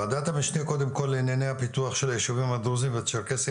ועדת המשנה לענייני הפיתוח של הישובים הדרוזים והצ'רקסיים